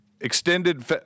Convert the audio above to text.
extended –